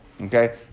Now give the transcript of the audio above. Okay